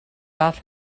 off